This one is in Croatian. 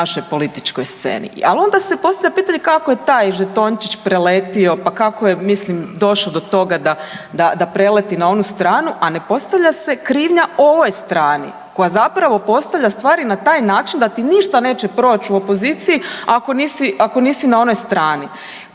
našoj političkoj sceni, ali onda se postavlja pitanje kako je taj žetončić preletio, pa kako je, mislim, došao do toga da preleti na onu stranu, a ne postavlja se krivnja ovoj strani koja zapravo postavlja stvari na taj način da ti ništa neće proći u opoziciji ako nisi na onoj strani.